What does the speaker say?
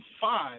five